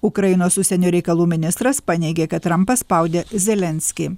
ukrainos užsienio reikalų ministras paneigė kad trampas spaudė zelenskį